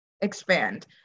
expand